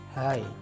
Hi